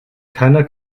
keiner